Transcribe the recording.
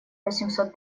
восемьсот